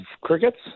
crickets